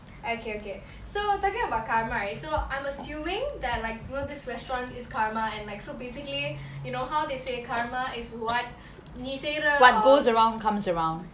okay okay so talking about karma so I'm assuming they're like you know this restaurant is karma and like so basically you know how they say karma is what நீ செய்ர:nee seira err mm